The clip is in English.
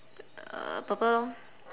uh purple lor